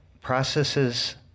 Processes